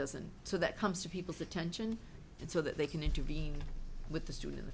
doesn't so that comes to people's attention and so that they can intervene with the student